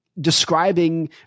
describing